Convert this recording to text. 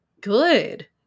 good